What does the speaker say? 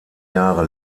jahre